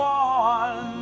one